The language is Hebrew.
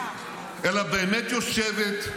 אלא באמת יושבת,